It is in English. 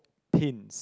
tins